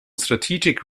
strategic